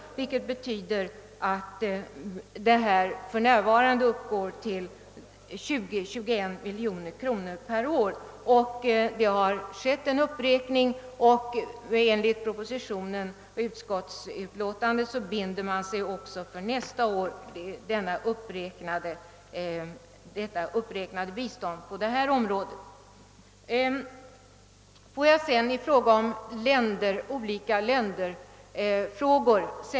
För närvarande uppgår den årliga hjälpen till ej fullt 21 miljoner kronor. Det har skett en uppräkning, och enligt propositionen och utskottets förslag skall vi också för nästa år binda oss för detta uppräknade bistånd. Jag vill även säga några ord beträffande olika länderfrågor.